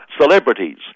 celebrities